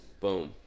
Boom